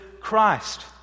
Christ